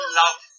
love